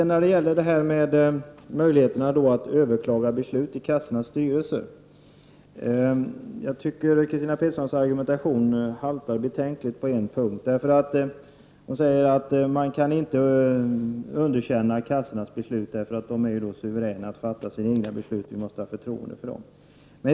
När det gäller möjligheterna att överklaga beslut till kassornas styrelser haltar Christinas Petterssons argumentation betänkligt på en punkt. Hon säger att man inte kan underkänna kassornas beslut, därför att de är suveräna att fatta sina egna beslut, och att vi måste ha förtroende för dem.